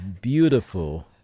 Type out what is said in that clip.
beautiful